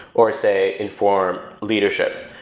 or say inform leadership.